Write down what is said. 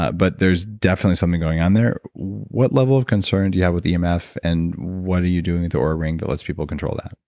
ah but there's definitely something going on there. what level of concern do you have with um emf and what are you doing with the oura ring that lets people control that?